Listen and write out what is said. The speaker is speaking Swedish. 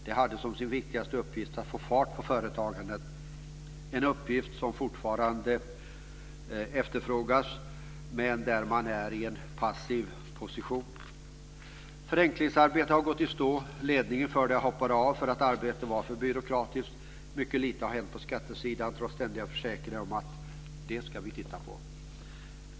Det hade som sin viktigaste uppgift att få fart på företagandet - något som fortfarande efterfrågas men där är man i en position av passivitet. Förenklingsarbetet har gått i stå. Ledningen för det hoppade av därför att arbetet var alltför byråkratiskt. Mycket lite har hänt på skattesidan, trots ständiga försäkringar om att "det ska vi titta på".